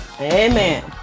Amen